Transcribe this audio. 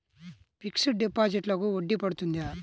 Fixed డిపాజిట్లకు వడ్డీ పడుతుందా?